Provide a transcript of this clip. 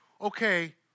okay